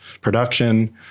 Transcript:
production